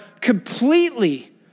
completely